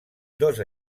dos